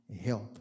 help